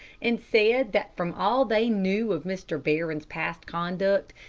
and said that from all they knew of mr. barron's past conduct,